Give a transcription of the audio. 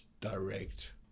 direct